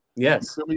Yes